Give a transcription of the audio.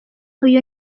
uyu